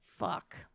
Fuck